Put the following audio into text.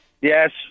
Yes